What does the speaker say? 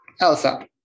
Elsa